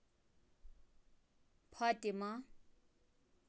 Fatima